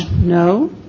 No